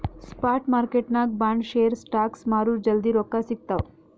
spot ಮಾರ್ಕೆಟ್ನಾಗ್ bond, share, stocks ಮಾರುರ್ ಜಲ್ದಿ ರೊಕ್ಕಾ ಸಿಗ್ತಾವ್